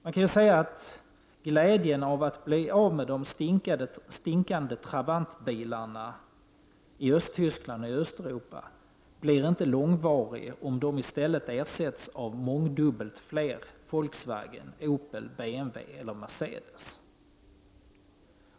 Man kan säga att glädjen att bli av med de stinkande Trabant-bilarna i Östtyskland och Östeuropa inte blir långvarig om de ersätts av mångdubbelt fler Volkswagen, Opel, BMW eller Mercedes.